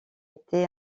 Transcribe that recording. été